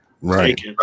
right